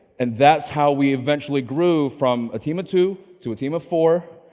and that's how we eventually grew from a team of two, to a team of four,